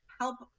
help